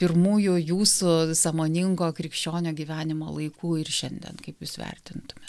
pirmųjų jūsų sąmoningo krikščionio gyvenimo laikų ir šiandien kaip jūs vertintumėt